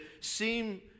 seem